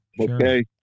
Okay